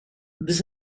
this